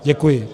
Děkuji.